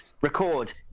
record